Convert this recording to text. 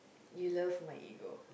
you love my ego